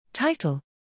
Title